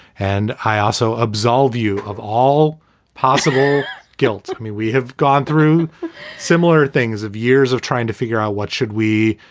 and i also absolve you of all possible guilt? i mean, we have gone through similar things of years of trying to figure out what should we,